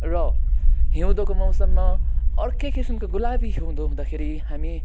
र हिउँदको मौसममा अर्कै किसिमको गुलाबी हिउँद हुँदाखेरि हामी